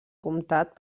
comtat